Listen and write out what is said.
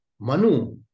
Manu